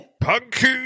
Punky